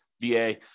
VA